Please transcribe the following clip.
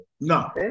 No